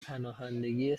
پناهندگی